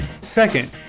Second